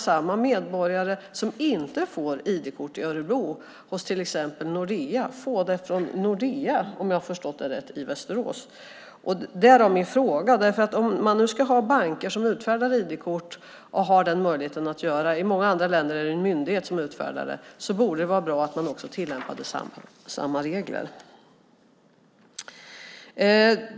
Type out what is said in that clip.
Samma medborgare som inte får ID-kort i Örebro hos till exempel Nordea kan, om jag har förstått det rätt, få det från Nordea i Västerås - därav min fråga. Om man nu ska ha banker som utfärdar ID-kort och har möjligheten att göra det - i många andra länder är det en myndighet som utfärdar det - borde det vara bra att också tillämpa samma regler.